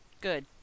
good